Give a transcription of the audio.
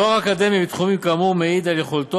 תואר אקדמי בתחומים כאמור מעיד על יכולתו